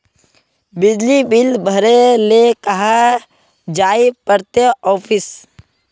बिजली बिल भरे ले कहाँ जाय पड़ते ऑफिस?